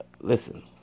Listen